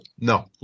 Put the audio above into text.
no